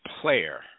player